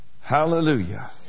Hallelujah